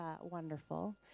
wonderful